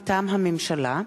מטעם הממשלה: